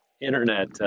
internet